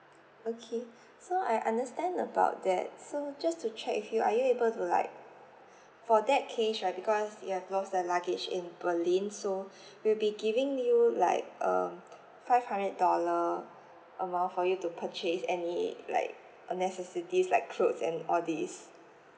okay so I understand about that so just to check with you are you able to like for that case right because you have lost the luggage in berlin so we'll be giving you like um five hundred dollar amount for you to purchase any like a necessities like cloth and all these